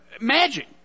magic